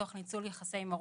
תוך ניצול יחסי מרות.